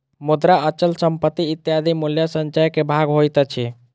मुद्रा, अचल संपत्ति इत्यादि मूल्य संचय के भाग होइत अछि